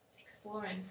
exploring